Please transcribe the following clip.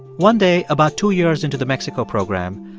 one day about two years into the mexico program,